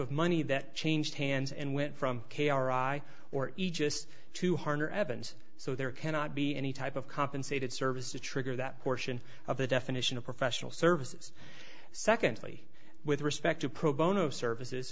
of money that changed hands and went from k r i or aegis to harner evans so there cannot be any type of compensated service to trigger that portion of the definition of professional services secondly with respect to pro bono services